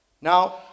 Now